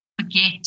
forget